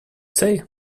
say